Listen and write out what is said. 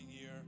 year